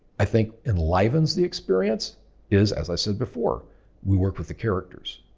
i think enlivens the experience is as i said before we work with the characters.